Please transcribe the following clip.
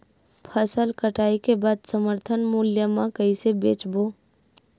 फसल कटाई के बाद समर्थन मूल्य मा कइसे बेचबो?